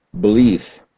belief